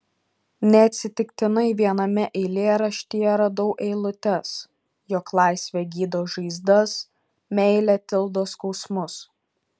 neatsitiktinai viename eilėraštyje radau eilutes jog laisvė gydo žaizdas meilė tildo skausmus